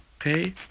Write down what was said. okay